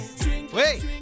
Wait